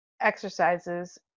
exercises